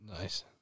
Nice